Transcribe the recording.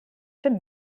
dem